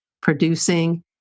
producing